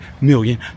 million